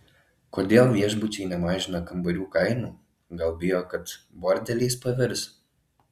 kodėl viešbučiai nemažina kambarių kainų gal bijo kad bordeliais pavirs